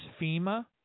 FEMA